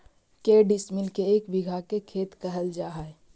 के डिसमिल के एक बिघा खेत कहल जा है?